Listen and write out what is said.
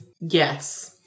Yes